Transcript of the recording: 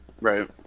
Right